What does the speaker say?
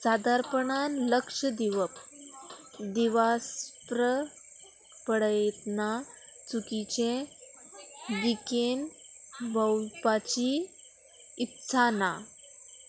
सादारपणान लक्ष दिवप दिवासप्र पडयतना चुकीचें विकेन भोंवपाची इत्सा ना